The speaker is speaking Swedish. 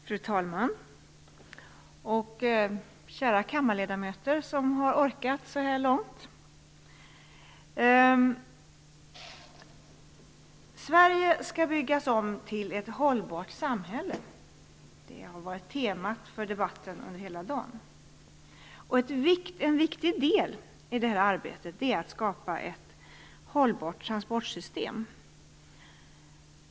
Fru talman! Kära kammarledamöter som har orkat så här långt! Sverige skall byggas om till ett hållbart samhälle. Det har varit temat för debatten under hela dagen. En viktig del i det arbetet är att skapa ett hållbart transportsystem.